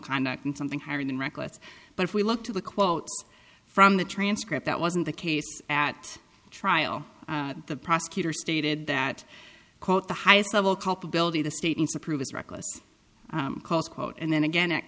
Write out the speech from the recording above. conduct and something higher than reckless but if we look to the quotes from the transcript that wasn't the case at trial the prosecutor stated that quote the highest level culpability the state needs to prove is reckless close quote and then again at